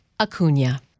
Acuna